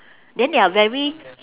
then they are very